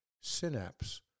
synapse